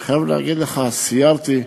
אני חייב להגיד לך, סיירתי,